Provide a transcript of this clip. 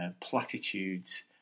platitudes